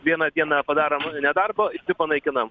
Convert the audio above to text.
vieną dieną padaroma nu nedarbo panaikinam